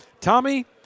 Tommy